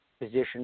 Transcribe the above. position